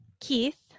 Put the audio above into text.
Keith